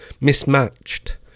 Mismatched